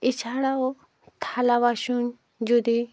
এছাড়াও থালা বাসন যদি